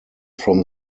from